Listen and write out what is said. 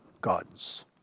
gods